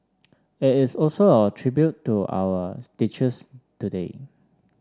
it is also a tribute to our teachers today